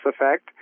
effect